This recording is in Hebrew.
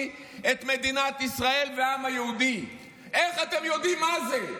את מדינת ישראל והעם היהודי" איך אתם יודעים מה זה?